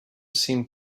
seemed